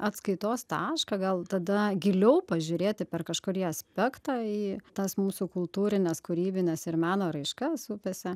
atskaitos tašką gal tada giliau pažiūrėti per kažkurį aspektą į tas mūsų kultūrines kūrybines ir meno raiškas upėse